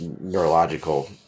neurological